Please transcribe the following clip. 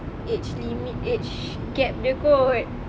age limit age gap dia kot